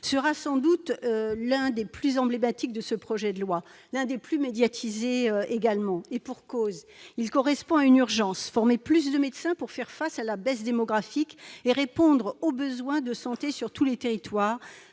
sera sans doute l'un des plus emblématiques de ce projet de loi, l'un des plus médiatisés également. Et pour cause, il correspond à une urgence : former plus de médecins pour faire face à la baisse démographique et répondre aux besoins de santé sur tous les territoires,